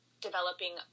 developing